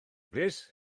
plîs